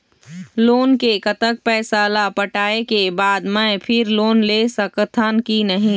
Loan के कतक पैसा ला पटाए के बाद मैं फिर लोन ले सकथन कि नहीं?